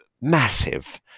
massive